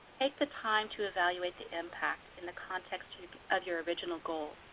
take the time to evaluate the impact in the context of your original goal.